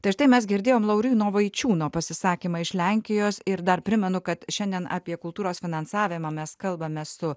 tai štai mes girdėjom lauryno vaičiūno pasisakymą iš lenkijos ir dar primenu kad šiandien apie kultūros finansavimą mes kalbame su